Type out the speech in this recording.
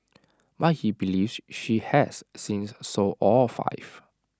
but he believes she has since sold all five